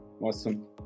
Awesome